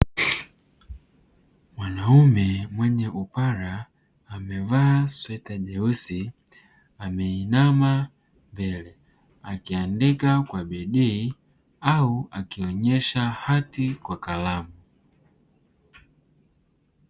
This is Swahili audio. Mwanaume mwenye upara amevaa sweta jeusi ameinama mbele akiandika kwa bidii au akionyesha hati kwa kalamu.